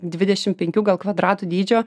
dvidešim penkių gal kvadratų dydžio